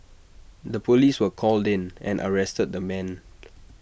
the Police were called in and arrested the man